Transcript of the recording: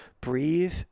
Breathe